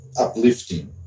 uplifting